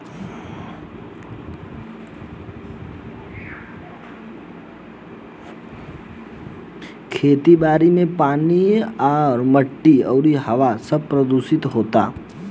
खेती बारी मे पानी आ माटी अउरी हवा सब प्रदूशीत होता